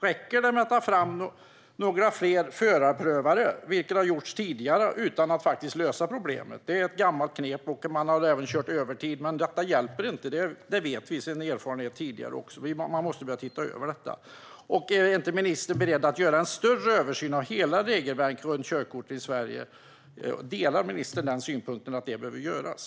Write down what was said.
Räcker det med att ta fram några fler förarprövare, vilket har gjorts tidigare utan att problemet har lösts? Det är ett gammalt knep. Man har även kört övertid, men det hjälper inte - det vet vi av tidigare erfarenhet. Man måste börja titta över detta. Är inte ministern beredd att göra en större översyn av hela regelverket kring körkort i Sverige? Delar ministern synpunkten att det behöver göras?